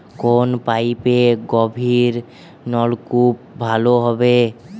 কোন পাইপে গভিরনলকুপ ভালো হবে?